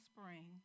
spring